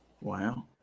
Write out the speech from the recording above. Wow